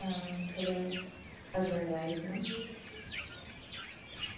आं थोह्ड़ा husband wife न